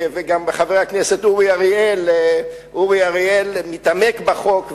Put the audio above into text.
וגם חבר הכנסת אורי אריאל מתעמק בחוק ואומר: